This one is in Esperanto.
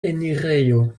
enirejo